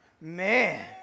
Man